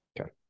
Okay